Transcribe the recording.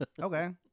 okay